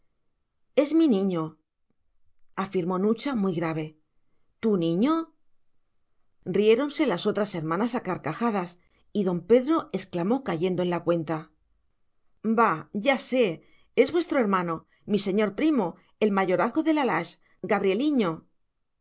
es mi niño afirmó nucha muy grave tu niño riéronse las otras hermanas a carcajadas y don pedro exclamó cayendo en la cuenta bah ya sé es vuestro hermano mi señor primo el mayorazgo de la lage gabrieliño